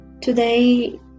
Today